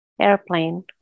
airplane